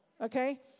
okay